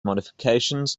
modifications